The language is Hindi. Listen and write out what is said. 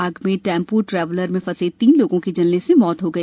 आग से टैंपो ट्रेवलर में फंसे तीन लोगों की जलने से मौत हो गई